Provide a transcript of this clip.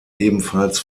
ebenfalls